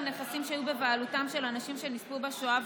נכסים שהיו בבעלותם של אנשים שנספו בשואה,